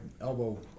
elbow